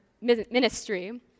ministry